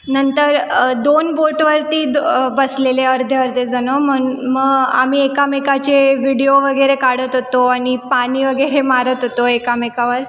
नंतर दोन बोटवरती द बसलेले अर्धे अर्धे जणं मन मग आम्ही एकामेकाचे व्हिडिओ वगैरे काढत होतो आणि पाणी वगैरे मारत होतो एकामेकावर